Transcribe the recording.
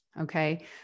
Okay